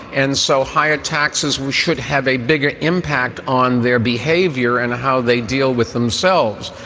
and so higher taxes, we should have a bigger impact on their behavior and how they deal with themselves.